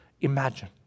imagine